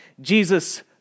Jesus